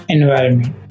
Environment